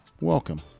welcome